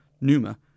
Numa